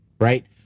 right